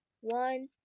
one